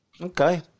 Okay